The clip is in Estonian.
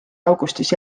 augustis